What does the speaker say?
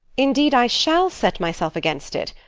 indeed i shall set myself against it.